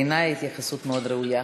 בעיני זו התייחסות ראויה מאוד.